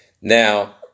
Now